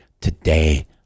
today